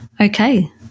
Okay